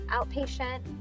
outpatient